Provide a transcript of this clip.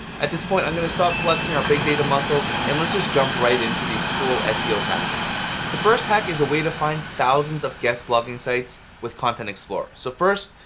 at this point, i'm gonna stop flexing our big data muscles and let's just jump right into these cool seo tactics. the first hack is a way to find thousands of guest blogging sites with content explorer. so first,